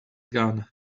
gun